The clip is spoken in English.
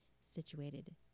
situated